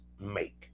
make